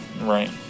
Right